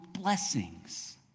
blessings